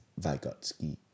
Vygotsky